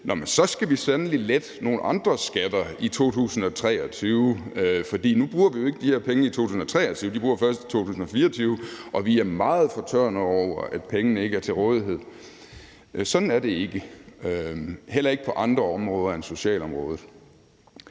siger: Så skal vi sandelig lette nogle andre skatter i 2023, for nu bruger vi jo ikke de her penge i 2023, men bruger dem først i 2024, og vi er meget fortørnede over, at pengene ikke er til rådighed. Sådan er det ikke, heller ikke på andre områder end socialområdet.